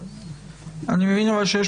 אני מבין שיש